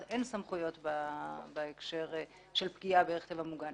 אין סמכויות בהקשר של פגיעה בערך טבע מוגן.